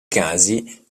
casi